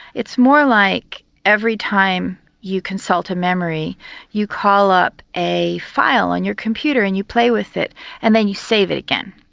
it's more like every time you consult a memory you call up a file on your computer and you play with it and then you save it again.